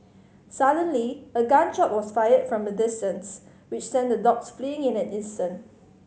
suddenly a gun shot was fired from a distance which sent the dogs fleeing in an instant